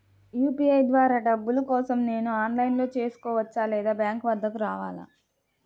UPI ద్వారా డబ్బులు కోసం నేను ఆన్లైన్లో చేసుకోవచ్చా? లేదా బ్యాంక్ వద్దకు రావాలా?